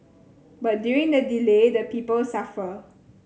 but during the delay the people suffer